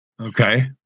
okay